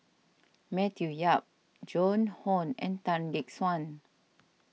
Matthew Yap Joan Hon and Tan Gek Suan